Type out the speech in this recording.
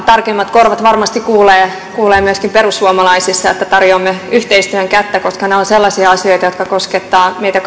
tarkemmat korvat varmasti kuulevat myöskin perussuomalaisissa että tarjoamme yhteistyön kättä koska nämä ovat sellaisia asioita jotka koskettavat meitä